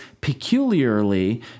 peculiarly